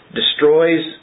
destroys